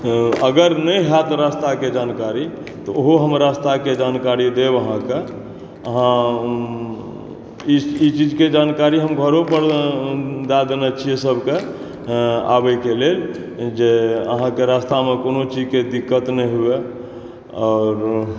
अगर नहि हैत रास्ता के जानकारी तऽ ओहो हमरा रास्ता के जानकारी देब अहाँके अहाँ ई चीज के जानकारी हम घरो पर दय देने छियै सबके आबै के लेल जे अहाँके रास्तामे कोनो चीज़ के दिक्कत नहि हुए आओर